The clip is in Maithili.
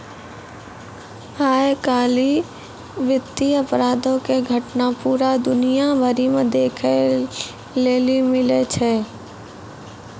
आइ काल्हि वित्तीय अपराधो के घटना पूरा दुनिया भरि मे देखै लेली मिलै छै